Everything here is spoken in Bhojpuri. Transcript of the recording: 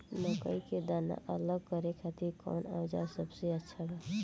मकई के दाना अलग करे खातिर कौन औज़ार सबसे अच्छा बा?